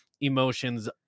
emotions